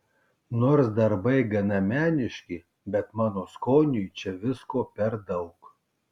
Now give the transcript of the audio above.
nors darbai gana meniški bet mano skoniui čia visko per daug